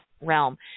realm